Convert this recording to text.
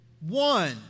One